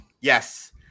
Yes